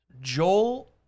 Joel